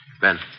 Ben